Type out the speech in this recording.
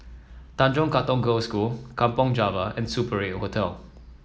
Tanjong Katong Girls' School Kampong Java and Super Eight Hotel